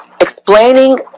Explaining